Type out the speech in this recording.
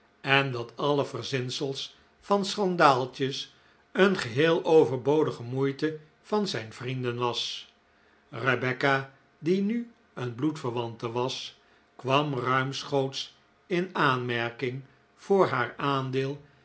en dat alle verzinsels van schandaaltjes een geheel overbodige moeite van zijn vrienden was rebecca die nu een bloedverwante was kwam ruimschoots in aanmerking voor haar aandeel